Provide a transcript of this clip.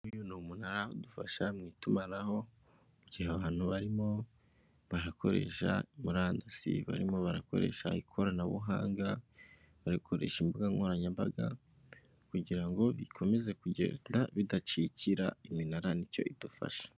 Uyu ni umunara udufasha mu itumanaho mu gihe abantu barimo barakoresha murandasi barimo barakoresha ikoranabuhanga barikoresha imbuga nkoranyambaga kugira ngo bikomeze kugenda bidacikira iminara nicyo idufasha.